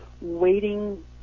waiting